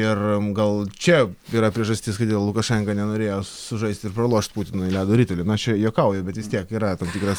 ir gal čia yra priežastis kodėl lukašenka nenorėjo sužaisti ir pralošt putinui ledo ritulį na aš čia juokauju bet vis tiek yra tam tikras